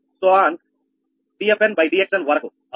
dfndxn వరకు అవునా